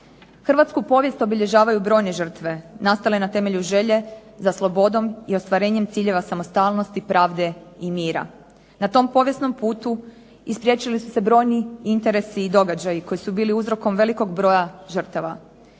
Hrvatsku povijest obilježavaju brojne žrtve nastale na temelju želje za slobodom i ostvarenjem cilja samostalnosti, pravde i mira. Na tom povijesnom putu ispriječili su se brojni interesi i događaji koji su buli uzrokom velikog broja žrtava.